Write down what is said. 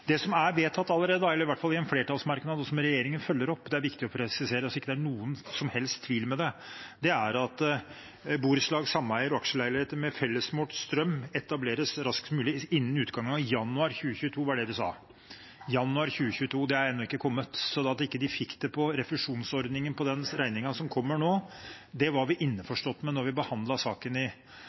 Det som allerede er vedtatt, som står i en flertallsmerknad, og som regjeringen følger opp – det er viktig å presisere, slik at det ikke er noen som helst tvil om det – er at vi sa at ordninger for borettslag, sameier og aksjeleiligheter med fellesmålt strøm etableres så raskt som mulig innen utgangen av januar 2022. Januar 2022 er ennå ikke slutt. At man ikke fikk refusjonen på den regningen som kommer nå, var vi innforstått med da vi behandlet saken i